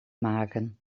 maken